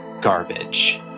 garbage